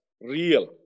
real